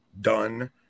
done